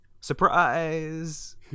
Surprise